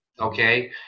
Okay